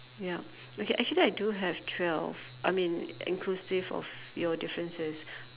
ya okay actually I do have twelve I mean inclusive of your differences